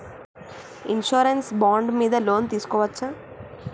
Insurance bond మీద loan తీస్కొవచ్చా?